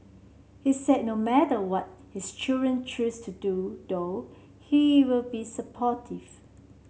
he said no matter what his children choose to do though he will be supportive